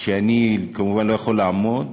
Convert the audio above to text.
כשאני כמובן לא יכול לעמוד,